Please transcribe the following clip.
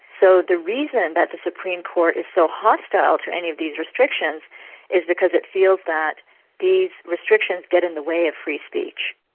so the reason that the supreme court is so hostile to any of these restrictions is because it feels that these restrictions get in the way of free speech.